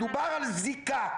מדובר על זיקה.